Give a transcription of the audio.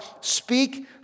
speak